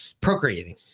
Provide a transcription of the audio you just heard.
procreating